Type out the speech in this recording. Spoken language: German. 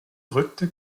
rückte